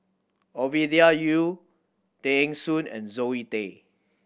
Ovidia Yu Tay Eng Soon and Zoe Tay